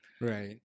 Right